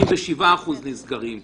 87% נסגרים.